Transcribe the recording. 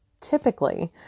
typically